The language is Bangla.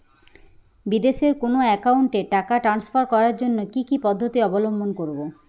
বিদেশের কোনো অ্যাকাউন্টে টাকা ট্রান্সফার করার জন্য কী কী পদ্ধতি অবলম্বন করব?